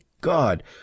god